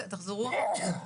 במערכת